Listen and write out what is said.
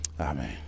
Amen